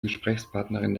gesprächspartnerin